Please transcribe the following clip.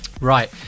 Right